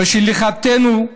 בשליחותנו,